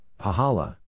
Pahala